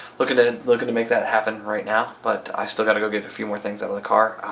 looking to looking to make that happen right now. but i've still gotta go get a few more things out of the car.